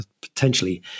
potentially